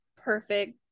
perfect